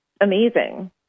amazing